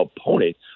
opponent